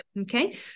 okay